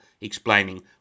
explaining